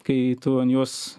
kai tu an jos